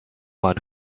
man